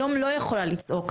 אני היום לא יכולה לצעוק.